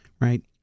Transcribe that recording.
Right